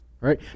right